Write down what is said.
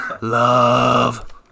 Love